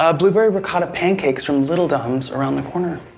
ah blueberry ricotta pancakes from little dom's around the corner.